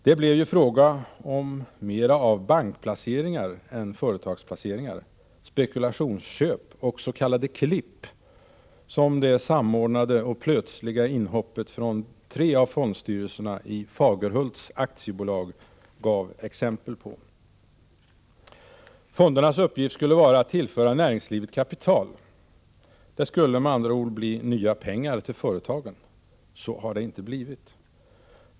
Det blev ju fråga om mera av bankplaceringar än företagsplaceringar, spekulationsköp och s.k. klipp, som det samordnade och plötsliga inhoppet från tre av fondstyrelserna i Fagerhults AB gav exempel på. Fondernas uppgift skulle vara att tillföra näringslivet kapital. Det skulle med andra ord bli ”nya pengar till företagen”. Så har det inte blivit.